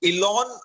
Elon